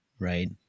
Right